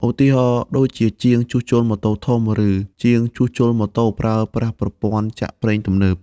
ឧទាហរណ៍ដូចជាជាងជួសជុលម៉ូតូធំ ឬជាងជួសជុលម៉ូតូប្រើប្រាស់ប្រព័ន្ធចាក់ប្រេងទំនើប។